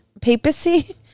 Papacy